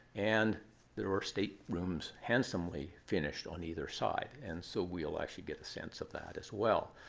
and there are state rooms handsomely finished on either side. and so we'll actually get a sense of that as well.